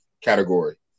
category